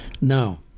Now